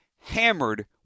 hammered